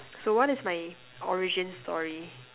so what is my origin story